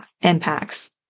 impacts